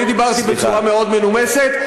אני דיברתי בצורה מאוד מנומסת.